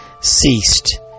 ceased